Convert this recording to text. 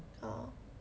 oh